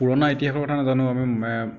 পুৰণা ইতিহাসৰ কথা নাজানো আমি